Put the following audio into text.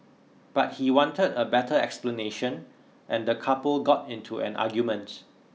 but he wanted a better explanation and the couple got into an argument